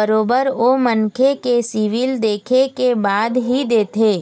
बरोबर ओ मनखे के सिविल देखे के बाद ही देथे